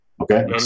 Okay